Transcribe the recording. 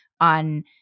on